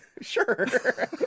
Sure